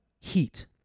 Heat